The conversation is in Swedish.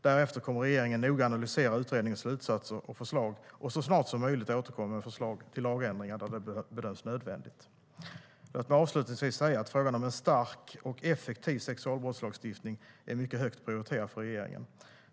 Därefter kommer regeringen noga analysera utredningens slutsatser och förslag och så snart som möjligt återkomma med förslag till lagändringar där det bedöms nödvändigt. Låt mig avslutningsvis säga att frågan om en stark och effektiv sexualbrottslagstiftning är mycket högt prioriterad för regeringen.